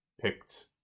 picked